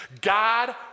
God